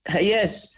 Yes